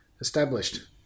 Established